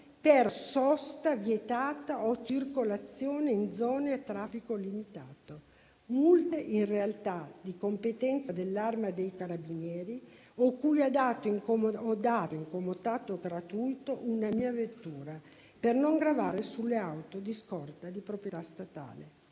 per sosta vietata o circolazione in zone a traffico limitato, multe in realtà di competenza dell'Arma dei carabinieri, a cui ha dato in comodato gratuito una mia vettura per non gravare sulle auto di scorta di proprietà statale.